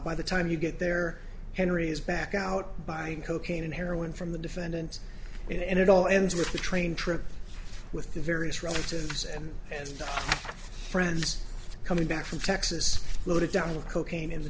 by the time you get there henry is back out buying cocaine and heroin from the defendant and it all ends with the train trip with the various relatives and friends coming back from texas loaded down with cocaine